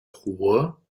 ruhr